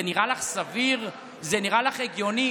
זה נראה לך סביר, זה נראה לך הגיוני?